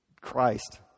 christ